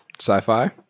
Sci-fi